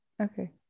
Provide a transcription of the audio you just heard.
okay